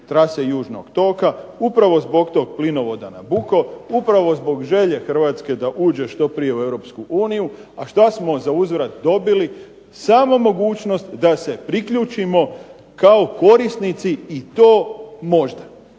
trase južnog toga, upravo zbog tog plinovoda Nabucco upravo zbog želje Hrvatske da uđe što prije u Europsku uniju. A što smo za uzvrat dobili? Samo mogućnost da se priključimo kao korisnici i to možda.